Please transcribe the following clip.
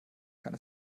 kann